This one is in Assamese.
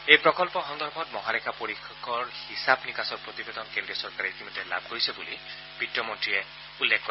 এই প্ৰকল্প সন্দৰ্ভত মহালেখা পৰীক্ষকৰ হিচাব নিকাচ প্ৰতিবেদন কেন্দ্ৰীয় চৰকাৰে ইতিমধ্যে লাভ কৰিছে বুলি বিত্তমন্ত্ৰীয়ে উল্লেখ কৰে